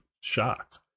shocked